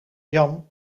jan